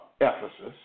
Ephesus